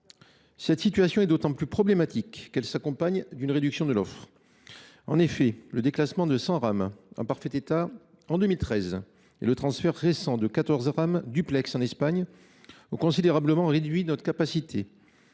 Cette politique est d’autant plus problématique qu’elle s’accompagne d’une réduction de l’offre. En effet, le déclassement de 100 rames en parfait état en 2013 et le transfert récent de 14 rames Duplex en Espagne ont considérablement réduit notre capacité.